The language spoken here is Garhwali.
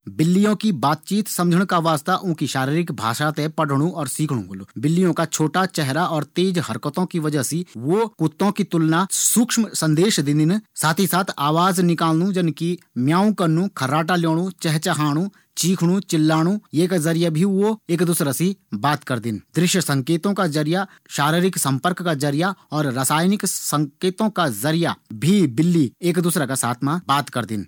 बिल्लियों की बातचीत थें समझण का वास्ता बिल्लियों की भाषा थें पढ़णु और सीखणु होलू। बिल्लियों का छोटा चेहरा और तेज हरकतों की वजह से वू कुत्तों की तुलना सूक्ष्म संदेश देंदिन। साथ ही साथ आवाज निकालनू जन की म्याऊ करनू, खर्राटा लेणु, चहचहाणु, चीखणु, चिल्लाणु, ये का जरिया भी ऊ एक दूसरा से बात करदिन। दृश्य संकेतों का जरिया, शारीरिक संकेतों का जरिया और रासायनिक संकेतों का जरिया भी बिल्ली एक दूसरा का साथ मा बात करदिन।